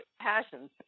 passions